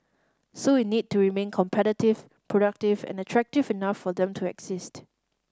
so we need to remain competitive productive and attractive enough for them to exist